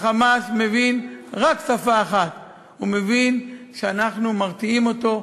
ה"חמאס" מבין רק שפה אחת: הוא מבין שאנחנו מרתיעים אותו,